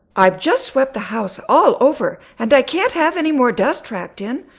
i've just swept the house all over and i can't have any more dust tracked in.